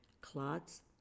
clots